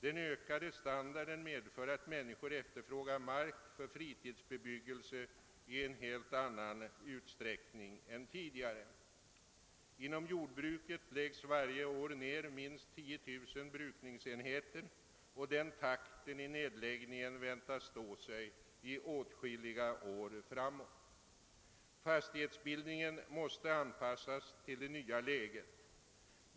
Den ökade standarden medför att människor efterfrågar mark för fritidsbebyggelse i en helt annan utsträckning än tidigare. Inom jordbruket läggs varje år ned minst 10 000 brukningsenheter, och den takten i nedläggningen väntas stå sig i åtskilliga år framåt. Fastighetsbildningen måste anpassas till det nya läget.